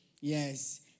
Yes